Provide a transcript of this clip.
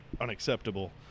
unacceptable